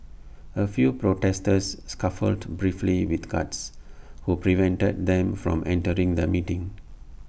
A few protesters scuffled briefly with guards who prevented them from entering the meeting